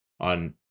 On